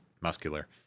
muscular